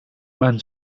mein